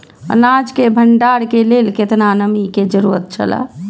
अनाज के भण्डार के लेल केतना नमि के जरूरत छला?